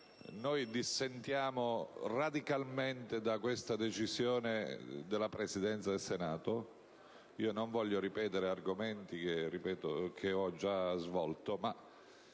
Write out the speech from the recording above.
noi dissentiamo radicalmente da questa decisione della Presidenza del Senato. Non voglio ripetere argomenti che ho già svolto, ma